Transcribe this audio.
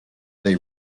they